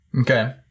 Okay